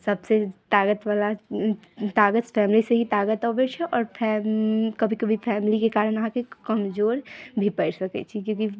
सभसँ ताकतवला ताकत फैमिलीसँ ही ताकत अबै छै आओर कभी कभी फैमिलीके कारण अहाँके कमजोर भी पड़ि सकै छी क्युँकी